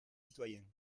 citoyen